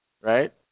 Right